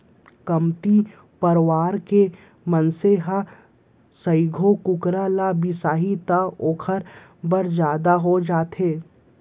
कमती परवार के मनसे ह सइघो कुकरा ल बिसाही त ओकर बर जादा हो जाथे